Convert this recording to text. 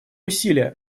усилия